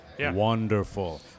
Wonderful